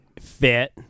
Fit